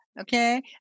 okay